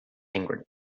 angrily